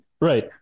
right